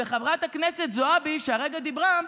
וחברת הכנסת זועבי, שהרגע דיברה,